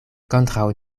kontraŭ